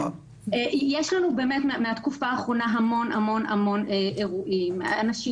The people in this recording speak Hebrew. יש לנו מן התקופה האחרונה המון המון אירועים: אנשים